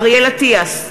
אריאל אטיאס,